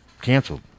canceled